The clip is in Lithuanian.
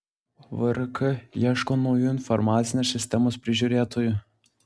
vrk ieško naujų informacinės sistemos prižiūrėtojų